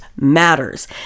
matters